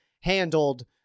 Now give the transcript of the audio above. handled